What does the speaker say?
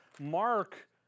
Mark